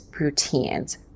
routines